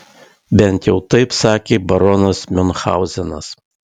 bent jau taip sakė baronas miunchauzenas